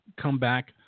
comeback